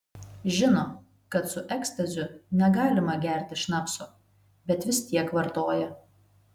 žino kad su ekstaziu negalima gerti šnapso bet vis tiek vartoja